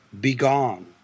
begone